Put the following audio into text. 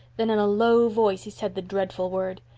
then in a low voice he said the dreadful word.